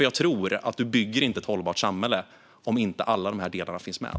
Jag tror nämligen inte att man bygger ett hållbart samhälle om inte alla de här delarna finns med.